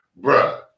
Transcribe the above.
Bruh